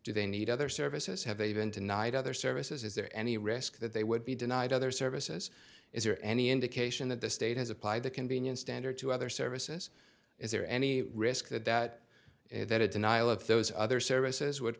do they need other services have even tonight other services is there any risk that they would be denied other services is there any indication that the state has applied the convenience standard to other services is there any risk that that it had denial of those other services would